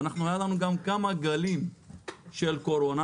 והיה לנו גם כמה גלים של קורונה,